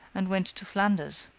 and went to flanders,